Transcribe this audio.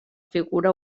figura